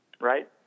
Right